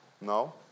No